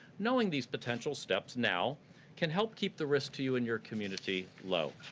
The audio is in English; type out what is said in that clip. knowing these potential steps now can help keep the risk to you and your community low.